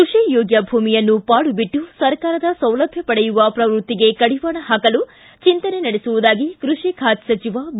ಕೃಷಿಯೋಗ್ಯ ಭೂಮಿಯನ್ನು ಪಾಳು ಬಿಟ್ಟು ಸರ್ಕಾರದ ಸೌಲಭ್ಯ ಪಡೆಯುವ ಪ್ರವೃತ್ತಿಗೆ ಕಡಿವಾಣ ಪಾಕಲು ಚಿಂತನೆ ನಡೆಸುವುದಾಗಿ ಕೃಷಿ ಖಾತೆ ಸಚಿವ ಬಿ